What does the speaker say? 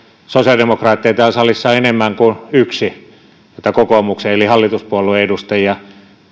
sosiaalidemokraatteja täällä salissa on enemmän kuin yksi toisin kuin kokoomuksen hallituspuolueen edustajia